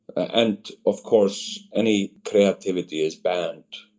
and of course any creativity is banned.